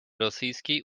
rosyjskiej